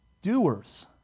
doers